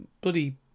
bloody